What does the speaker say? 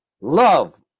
love